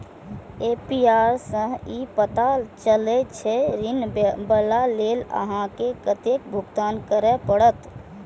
APR सं ई पता चलै छै, जे ऋण लेबा लेल अहां के कतेक भुगतान करय पड़त